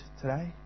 today